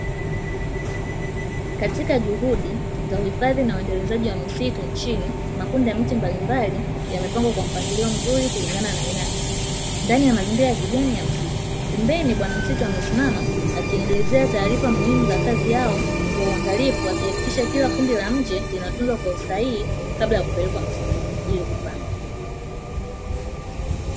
Katika juhudi za uhifadhi na uendelezaji wa misitu nchini, makundi ya miche mbalimbali yamepangwa kwa mpangilio mzuri kulingana na aina ya mimea, ndani ya mazingira ya kijani ya msitu. Pembeni bwana msitu amesimama, akielelezea taarifa muhimu za kazi yao kwa uangalifu, akihakikisha kila kundi la mche linatunzwa kwa usahihi kabla ya kupelekwa msituni, ili kupandwa.